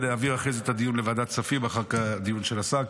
שנעביר אחרי זה את הדיון לוועדת הכספים לאחר הדיון של השר,